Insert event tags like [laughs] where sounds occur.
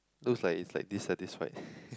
looks like it's like dissatisfied [laughs]